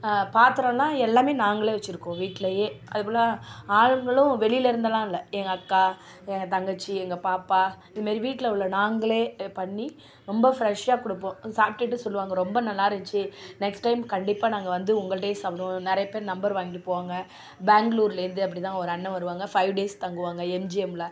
பாத்ரன்னா எல்லாமே நாங்களே வச்சிருக்கோம் வீட்டிலையே அது போல் ஆளுங்களும் வெளியில இருந்து எல்லாம் இல்லை எங்கள் அக்கா எங்கள் தங்கச்சி எங்கள் பாப்பா இதுமாதிரி வீட்டில உள்ள நாங்களே பண்ணி ரொம்ப ஃப்ரெஷ்ஷாக கொடுப்போம் சாப்பிடுட்டு சொல்லுவாங்க ரொம்ப நல்லா இருந்துச்சி நெக்ஸ்ட் டைம் கண்டிப்பாக நாங்கள் வந்து உங்கள்கிட்டே சாப்பிடுவோம் நிறைய பேர் நம்பர் வாங்கி போவாங்க பேங்களுர்ல இருந்து அப்படி தான் ஒரு அண்ணா வருவாங்க ஃபைவ் டேஸ் தங்குவாங்க எம்ஜிஎம்ல